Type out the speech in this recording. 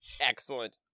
excellent